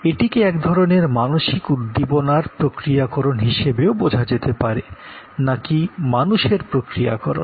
এটিকে একধরনের মানসিক উদ্দীপনার প্রক্রিয়াকরন হিসাবে বোঝা যেতে পারে না কি মানুষের প্রক্রিয়াকরন